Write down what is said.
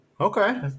okay